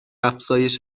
افزایش